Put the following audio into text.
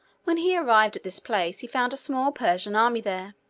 when he arrived at this place he found a small persian army there.